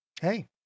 Hey